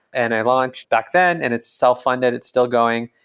and i launched back then, and it's self-funded. it's still going.